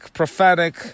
prophetic